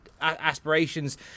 aspirations